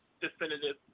definitive